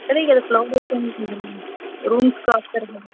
అక్కడే కదా క్లౌడ్ ఎక్కువ రూమ్స్ కోస్తార్ కదా